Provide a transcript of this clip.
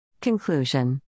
Conclusion